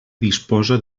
disposa